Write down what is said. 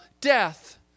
death